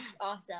awesome